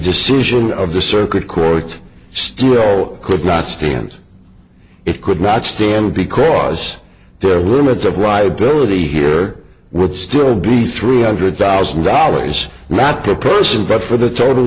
decision of the circuit court still could not stand it could not stand because there are limits of liability here would still be three hundred thousand dollars not per person but for the total